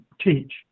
teach